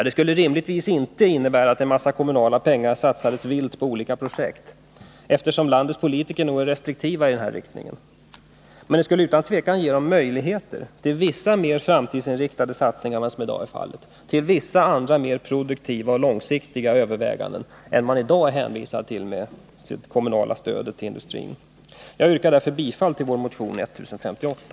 Det skulle rimligtvis inte innebära att en massa kommunala pengar satsades vilt på olika projekt, eftersom landets politiker nog är restriktiva i det avseendet. Men det skulle utan tvivel innebära möjligheter till mer framtidsinriktade satsningar på vissa andra mer produktiva och långsiktiga projekt än vad som i dag är tillåtet. Jag yrkar därför bifall till vår motion 1058.